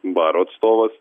baro atstovas